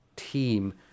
team